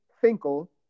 Finkel